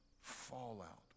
fallout